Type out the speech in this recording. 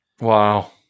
Wow